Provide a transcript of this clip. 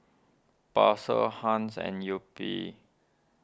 Persil Heinz and Yupi